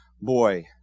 Boy